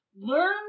learn